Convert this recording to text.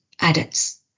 adults